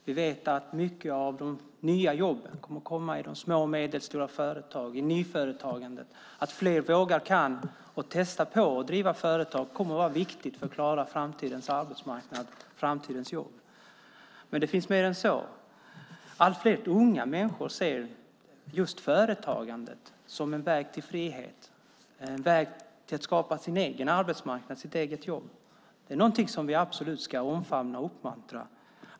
Vi vet att många av de nya jobben kommer i små och medelstora företag och genom nyföretagande. Att fler vågar och kan prova på att driva företag kommer att vara viktigt när det gäller att klara framtidens arbetsmarknad, framtidens jobb. Men det gäller mer än så. Allt fler unga människor ser just företagandet som en väg till frihet, som en väg för att skapa sin egen arbetsmarknad, sitt eget jobb. Det är någonting som vi absolut ska omfamna och uppmuntra.